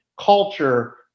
culture